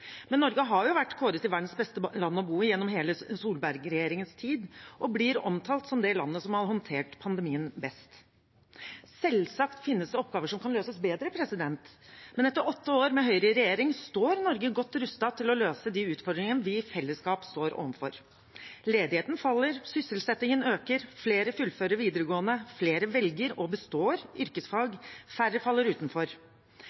Men Norge har jo vært kåret til verdens beste land å bo i gjennom hele Solberg-regjeringens tid og blir omtalt som det landet som har håndtert pandemien best. Selvsagt finnes det oppgaver som kan løses bedre, men etter åtte år med Høyre i regjering står Norge godt rustet til å løse de utfordringene vi som fellesskap står overfor. Ledigheten faller, sysselsettingen øker, flere fullfører videregående, flere velger og består